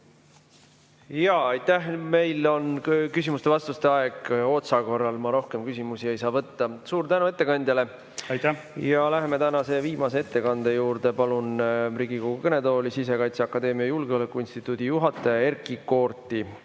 Jaa, aitäh! Meil on küsimuste-vastuste aeg otsakorral, ma rohkem küsimusi ei saa võtta. Suur tänu ettekandjale! Aitäh! Aitäh! Läheme tänase viimase ettekande juurde. Palun Riigikogu kõnetooli Sisekaitseakadeemia [sise]julgeoleku instituudi juhataja Erkki Koorti.